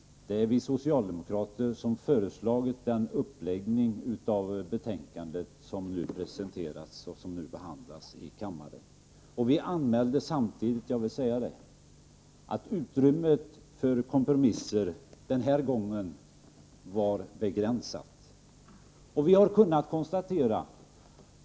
Det är vi socialdemokrater som föreslagit den uppläggning av betänkandet som presenterats och som nu behandlas i kammaren. Vi anmälde att utrymmet för kompromisser den här gången var begränsat.